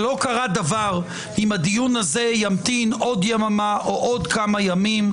לא קרה דבר אם הדיון הזה ימתין עוד יממה או עוד כמה ימים.